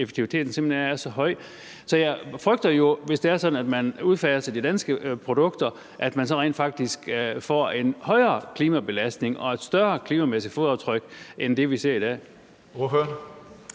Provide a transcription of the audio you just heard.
jeg frygter jo, hvis det er sådan, at man udfaser de danske produkter, at man rent faktisk får en højere klimabelastning og et større klimamæssigt fodaftryk end det, vi ser i dag.